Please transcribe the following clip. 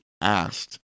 asked